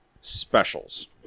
specials